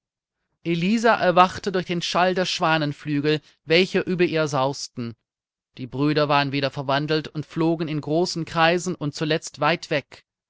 elisa erwachte durch den schall der schwanenflügel welche über ihr sausten die brüder waren wieder verwandelt und flogen in großen kreisen und zuletzt weit weg